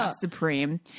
Supreme